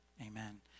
Amen